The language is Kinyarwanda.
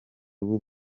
w’u